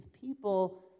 people